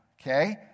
Okay